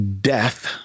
Death